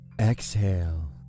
Exhale